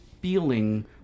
feeling